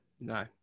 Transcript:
No